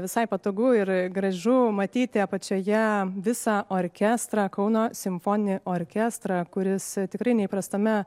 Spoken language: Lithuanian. visai patogu ir gražu matyti apačioje visą orkestrą kauno simfoninį orkestrą kuris tikrai neįprastame